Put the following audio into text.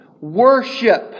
worship